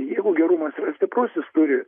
jeigu gerumas yra stiprus jis turi